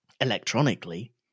electronically